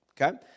Okay